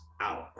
out